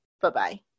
Bye-bye